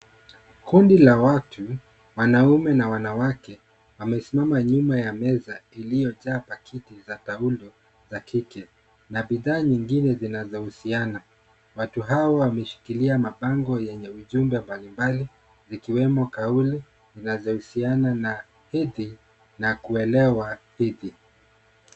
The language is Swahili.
Kundi la watu wanaume na wanawake wamesimama nyuma ya meza iliyojaa pakiti za taulo za kike na bidhaa zingine zinazohusiana. Watu hao wameshikilia mabango yenye ujumbe mbalimbali ikiwemo kauli zinazohusiana na hedhi na kuelewa hedhi.